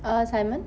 err simon